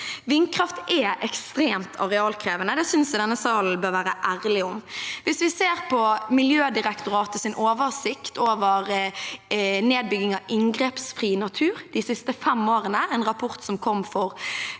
Vindkraft er ekstremt arealkrevende. Det synes jeg denne sal bør være ærlig om. Hvis vi ser på Miljødirektoratets oversikt over nedbygging av inngrepsfri natur de siste fem årene,